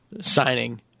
signing